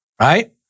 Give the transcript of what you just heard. Right